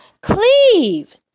cleave